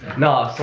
no,